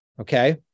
okay